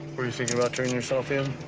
were you thinking about turning yourself in?